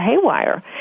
haywire